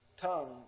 tongue